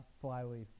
Flyleaf